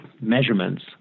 measurements